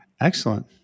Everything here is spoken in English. excellent